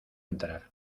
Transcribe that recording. entrar